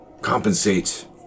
compensate